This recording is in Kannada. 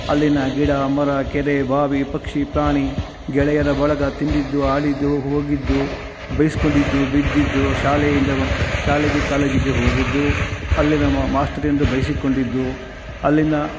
ಅಲ್ಲಿನ ಗಿಡ ಮರ ಕೆರೆ ಬಾವಿ ಪಕ್ಷಿ ಪ್ರಾಣಿ ಗೆಳೆಯರ ಬಳಗ ತಿಂದಿದ್ದು ಆಡಿದ್ದು ಹೋಗಿದ್ದು ಬೈಸಿಕೊಂಡಿದ್ದು ಬಿದ್ದಿದ್ದು ಶಾಲೆಯಿಂದ ಶಾಲೆಗೆ ಕಾಲೇಜಿಗೆ ಹೋಗಿದ್ದು ಅಲ್ಲಿನ ಮಾಸ್ಟರಿಂದ ಬೈಸಿಕೊಂಡಿದ್ದು ಅಲ್ಲಿನ